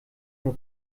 nur